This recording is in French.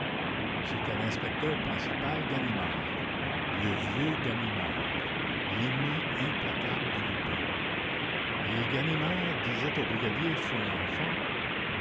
et l'inspecteur principal ganimard le vieux ganimard l'ennemi implacable de lupin disait au brigadier folenfant